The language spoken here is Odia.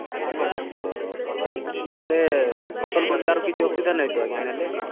ଆଜ୍ଞା ଆଜ୍ଞା ଆଜ୍ଞା ଆଜ୍ଞା ହେଲେ ଫସଲ ପ୍ରତି ତା'ର କିଛି ଅସୁବିଧା ନାହିଁ ତ ଆଜ୍ଞା ନେଲେ